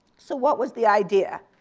so what was the idea?